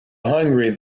hungry